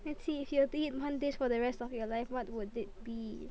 let's see if you have to eat one dish for the rest of your life what would it be